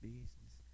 Business